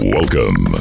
Welcome